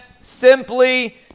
simply